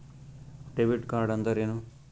Debit ಕಾರ್ಡ್ಅಂದರೇನು?